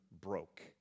broke